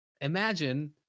Imagine